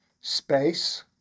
space